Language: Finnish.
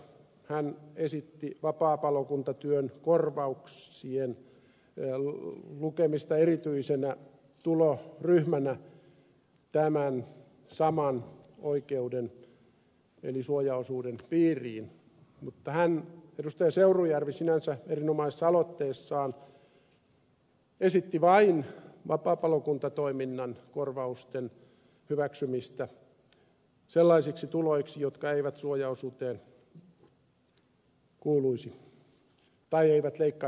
seurujärvi esitti vapaapalokuntatyön korvauksien lukemista erityisenä tuloryhmänä tämän saman oikeuden eli suojaosuuden piiriin mutta hän sinänsä erinomaisessa aloitteessaan esitti vain vapaapalokuntatoiminnan korvausten hyväksymistä sellaisiksi tuloiksi jotka eivät leikkaisi työttömyysturvaa